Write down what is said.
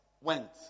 went